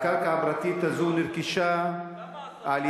הקרקע הפרטית הזו נרכשה על-ידי